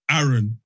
Aaron